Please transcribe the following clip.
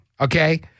Okay